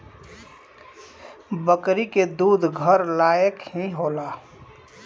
बकरी के दूध घर लायक ही होला